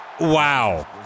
wow